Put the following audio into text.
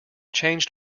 changed